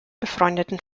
befreundeten